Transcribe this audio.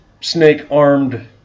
snake-armed